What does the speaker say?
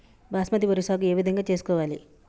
బాస్మతి వరి సాగు ఏ విధంగా చేసుకోవాలి?